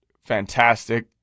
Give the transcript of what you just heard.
fantastic